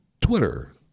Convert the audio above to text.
Twitter